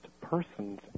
Persons